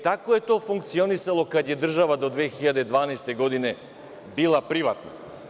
Tako je to funkcionisalo kada je država do 2012. godine bila privatna.